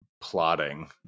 plotting